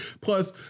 Plus